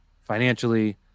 financially